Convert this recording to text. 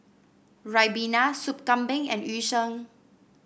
ribena Sup Kambing and Yu Sheng